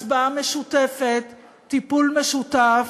הצבעה משותפת, טיפול משותף,